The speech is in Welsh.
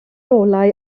olau